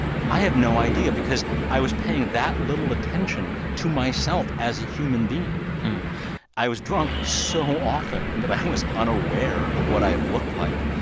i have no idea because i was paying that little attention to myself as a human being i was drunk so often and that i was unaware of what i looked like.